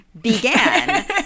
began